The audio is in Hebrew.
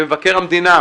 ומבקר המדינה,